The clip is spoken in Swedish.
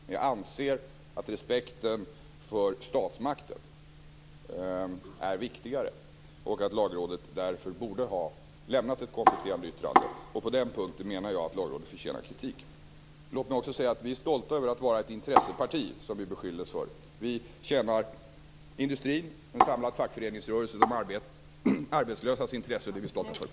Men jag anser att respekten för statsmakten är viktigare och att Lagrådet därför borde ha lämnat ett kompletterande yttrande. På den punkten menar jag att Lagrådet förtjänar kritik. Låt mig också säga att vi är stolta över att vara ett intresseparti, som vi beskylldes för. Vi tjänar industrin, en samlad fackföreningsrörelse och de arbetslösas intresse. Det är vi stolta över.